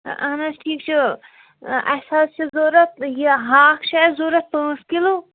اَہن حظ ٹھیٖک چھِ اَسہِ حظ چھِ ضوٚرتھ یہِ ہاکھ چھُ اَسہِ ضوٚرتھ پانٛژھ کِلوٗ